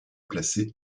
placer